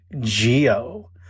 Geo